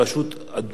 השופט